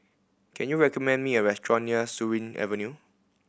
can you recommend me a restaurant near Surin Avenue